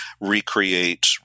recreate